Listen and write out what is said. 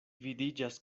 vidiĝas